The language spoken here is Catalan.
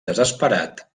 desesperat